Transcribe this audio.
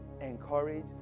encourage